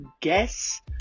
guess